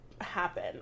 happen